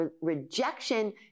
rejection